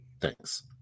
Thanks